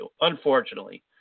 unfortunately